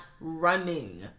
running